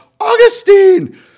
Augustine